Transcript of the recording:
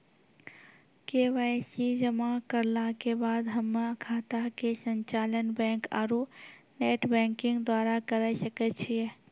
KYC जमा करला के बाद हम्मय खाता के संचालन बैक आरू नेटबैंकिंग द्वारा करे सकय छियै?